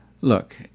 Look